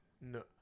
No